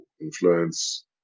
influence